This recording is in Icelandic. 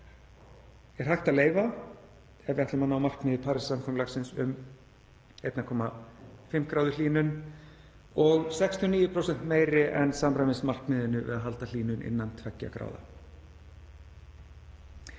er hægt að leyfa ef við ætlum að ná markmiði Parísarsamkomulagsins um 1,5° hlýnun og 69% meiri en samræmist markmiðinu að halda hlýnun innan 2°.